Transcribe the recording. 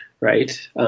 right